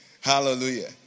Hallelujah